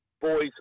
boys